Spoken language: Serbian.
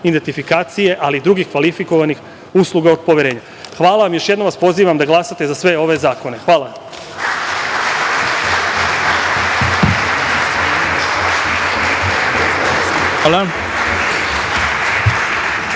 identifikacije, ali i drugih kvalifikovanih usluga od poverenja. Hvala vam i još jednom vas pozivam da glasate za sve ove zakone. **Ivica